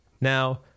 Now